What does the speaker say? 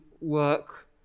work